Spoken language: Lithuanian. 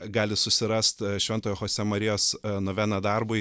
gali susirast šventojo chosė marijos noveną darbui